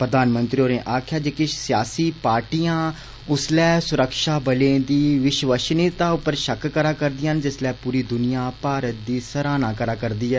प्रधानमंत्री होरें आक्खेाअ जे किष सियासी पार्टियां उस्सलै सुरक्षाबलें दी विष्वसनियता उप्पर षक कराऽ करदियां न जिसलै पूरी दुनिया भारत दी सराहना कराऽ करदी ऐ